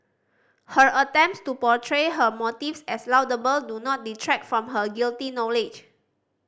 her attempts to portray her motives as laudable do not detract from her guilty knowledge